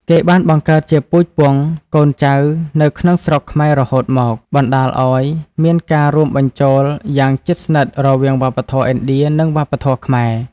គេបានបង្កើតជាពូជពង្សកូនចៅនៅក្នុងស្រុកខ្មែររហូតមក បណ្តាលឲ្យមានការរួមបញ្ចូលយ៉ាងជិតស្និទ្ធរវាងវប្បធម៌ឥណ្ឌានិងវប្បធម៌ខ្មែរ។